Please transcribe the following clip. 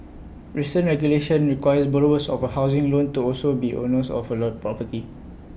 recent regulation requires borrowers of A housing loan to also be owners of alert property